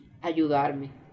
ayudarme